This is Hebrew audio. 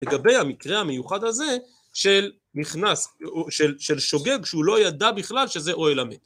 לגבי המקרה המיוחד הזה של נכנס, של שוגג שהוא לא ידע בכלל שזה אוהל המת